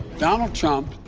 donald trump